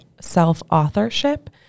self-authorship